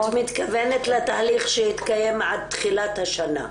-- את מתכוונת לתהליך שהתקיים עד תחילת השנה?